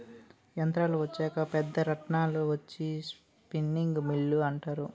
యంత్రాలు వచ్చాక పెద్ద రాట్నాలు వచ్చి స్పిన్నింగ్ మిల్లు అంటారు